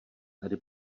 tady